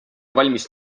valmis